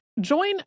Join